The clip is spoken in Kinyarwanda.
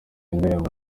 indirimbo